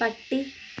പട്ടി